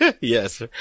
Yes